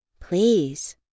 Please